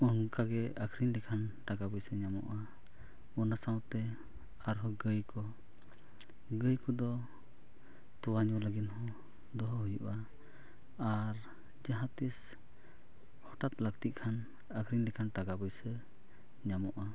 ᱚᱱᱠᱟᱜᱮ ᱟᱹᱠᱷᱨᱤᱧ ᱞᱮᱠᱷᱟᱱ ᱴᱟᱠᱟ ᱯᱩᱭᱥᱟᱹ ᱧᱟᱢᱚᱜᱼᱟ ᱚᱱᱟ ᱥᱟᱶᱛᱮ ᱟᱨᱦᱚᱸ ᱜᱟᱹᱭ ᱠᱚ ᱜᱟᱹᱭ ᱠᱚᱫᱚ ᱛᱚᱣᱟ ᱧᱩ ᱞᱟᱹᱜᱤᱫ ᱦᱚᱸ ᱫᱚᱦᱚ ᱦᱩᱭᱩᱜᱼᱟ ᱟᱨ ᱡᱟᱦᱟᱸᱛᱤᱥ ᱦᱚᱴᱟᱛ ᱞᱟᱹᱠᱛᱤᱜ ᱠᱷᱟᱱ ᱟᱹᱠᱷᱨᱤᱧ ᱞᱮᱠᱷᱟᱱ ᱴᱟᱠᱟ ᱯᱩᱭᱥᱟᱹ ᱧᱟᱢᱚᱜᱼᱟ